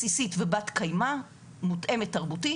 בסיסית ובת-קיימא, מותאמת תרבותית.